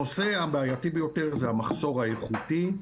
הנושא הבעייתי ביותר זה המחסור האיכותי,